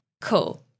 Cool